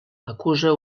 acusa